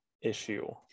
issue